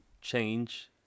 change